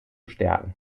stärken